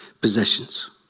possessions